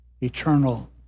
Eternal